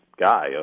guy